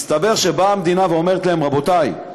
מסתבר שבאה המדינה ואומרת להם: רבותי,